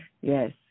Yes